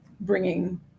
bringing